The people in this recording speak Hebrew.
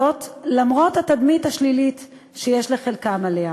זאת למרות התדמית השלילית שיש לחלקם עליה.